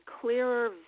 clearer